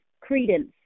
credence